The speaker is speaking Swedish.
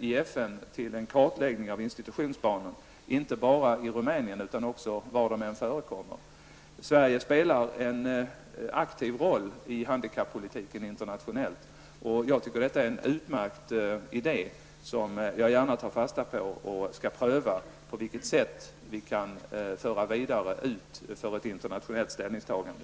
i FN om en kartläggning av institutionsbarnen, inte bara i Rumänien utan var de än förekommer. Sverige spelar en aktiv roll i handikappolitiken internationellt, och jag tycker att detta är en utmärkt idé, som jag gärna tar fasta på. Jag skall pröva på vilket sätt vi kan föra frågan vidare till ett internationellt ställningstagande.